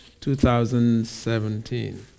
2017